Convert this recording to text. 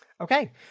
Okay